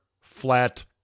flat